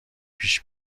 پیش